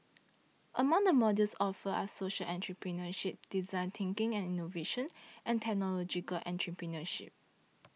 among the modules offered are social entrepreneurship design thinking and innovation and technological entrepreneurship